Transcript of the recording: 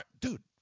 Dude